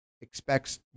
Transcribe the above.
expects